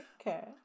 okay